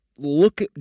look